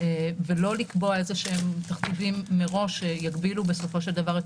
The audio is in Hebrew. ולא לקבוע איזשהם תכתיבים מראש שיגבילו בסופו של דבר את